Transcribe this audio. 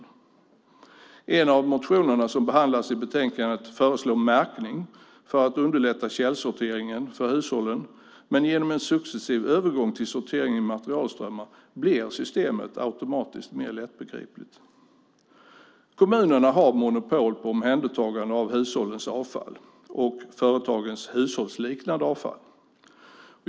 I en av de motioner som behandlas i betänkandet föreslås märkning för att underlätta källsorteringen för hushållen, men genom en successiv övergång till sortering i materialströmmar blir systemet automatiskt mer lättbegripligt. Kommunerna har monopol på omhändertagande av hushållens avfall och företagens hushållsliknande avfall.